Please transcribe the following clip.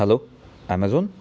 hello Amazon